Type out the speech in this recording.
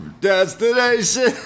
Destination